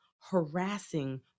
harassing